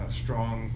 strong